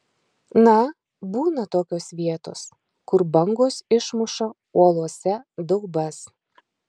na būna tokios vietos kur bangos išmuša uolose daubas